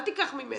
אל תיקח ממנה.